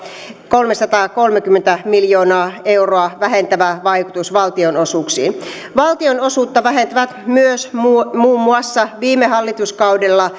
kolmesataakolmekymmentä miljoonaa euroa vähentävä vaikutus valtionosuuksiin valtionosuutta vähentävät myös muun muassa viime hallituskaudella